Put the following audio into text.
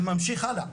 זה ממשיך הלאה.